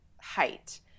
height